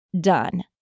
done